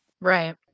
Right